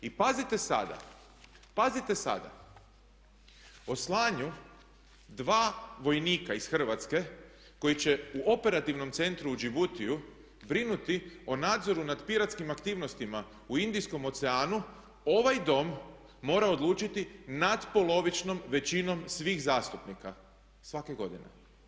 I pazite sada, o slanju dva vojnika iz Hrvatske koji će u Operativnom centru u Djibutiju brinuti o nadzoru nad piratskim aktivnostima u Indijskom oceanu ovaj Dom mora odlučiti natpolovičnom većinom svih zastupnika svake godine.